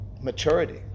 maturity